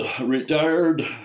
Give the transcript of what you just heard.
retired